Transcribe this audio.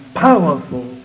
powerful